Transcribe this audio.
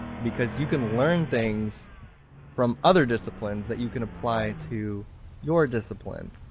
because you can learn things from other disciplines that you can apply to your discipline.